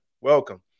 welcome